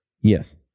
Yes